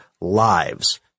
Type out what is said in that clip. lives